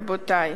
רבותי,